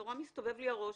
נורא מסתובב לי הראש.